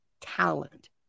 talent